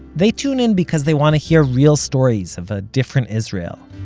they tune in because they want to hear real stories of a different israel,